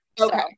okay